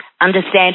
understand